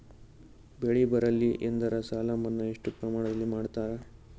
ಬೆಳಿ ಬರಲ್ಲಿ ಎಂದರ ಸಾಲ ಮನ್ನಾ ಎಷ್ಟು ಪ್ರಮಾಣದಲ್ಲಿ ಮಾಡತಾರ?